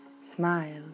Smile